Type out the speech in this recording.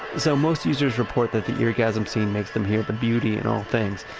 so most users report that the eargasm scene makes them hear the beauty in all things,